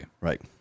Right